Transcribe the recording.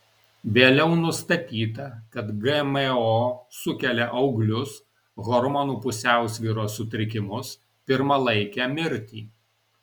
vėliau nustatyta kad gmo sukelia auglius hormonų pusiausvyros sutrikimus pirmalaikę mirtį